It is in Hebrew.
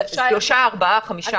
שלושה, ארבע, חמישה.